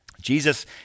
Jesus